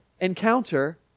encounter